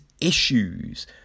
issues